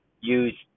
use